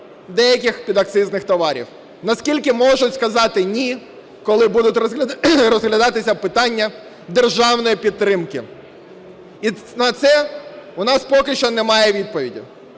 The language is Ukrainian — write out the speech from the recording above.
деяких підакцизних товарів; наскільки може сказати "ні", коли будуть розглядатися питання державної підтримки. І на це у нас поки що немає відповіді.